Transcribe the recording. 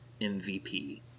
MVP